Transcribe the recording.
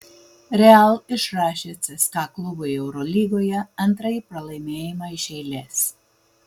real išrašė cska klubui eurolygoje antrąjį pralaimėjimą iš eilės